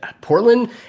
Portland